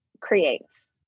creates